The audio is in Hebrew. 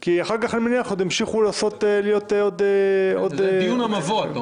כי אחר כך אני מניע שעוד ימשיכו --- זה דיון המבוא.